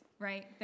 Right